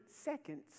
seconds